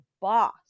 boss